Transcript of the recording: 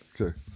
Okay